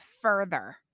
further